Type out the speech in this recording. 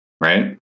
right